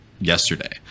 yesterday